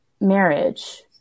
marriage